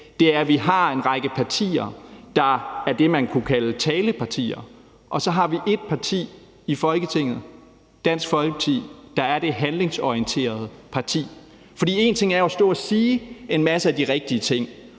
Det er, at vi har en række partier, der er det, man kunne kalde talepartier, og så har vi ét parti i Folketinget, Dansk Folkeparti, der er det handlingsorienterede parti. For én ting er jo at stå og sige en masse af de rigtige ting